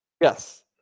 Yes